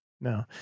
No